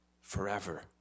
forever